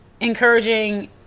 encouraging